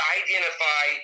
identify